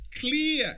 clear